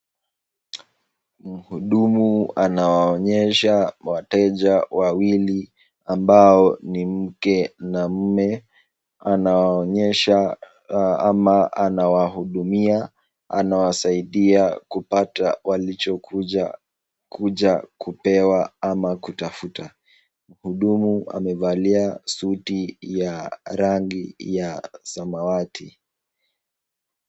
Mhudumu anawaonyesha wateja wawili ambao ni mke na mume. Anawaonyesha ama anawahudumia, anawasaidia kupata walichokuja kupewa ama kutafuta. Muhudumu amevalia suti ya rangi ya samawati